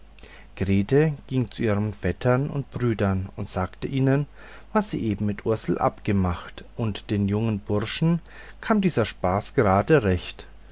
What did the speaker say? grete ging zu ihren vettern und brüdern und sagte ihnen was sie eben mit ursel abgemacht und den jungen burschen kam dieser spaß gerade recht